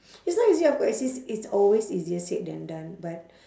it's not easy of course it's it's it's always easier said than done but